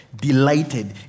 delighted